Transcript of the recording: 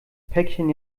päckchen